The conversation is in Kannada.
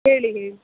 ಹೇಳಿ ಹೇಳಿ